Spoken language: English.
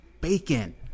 Bacon